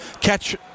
catch